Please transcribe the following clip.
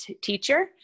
teacher